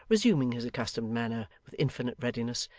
resuming his accustomed manner with infinite readiness,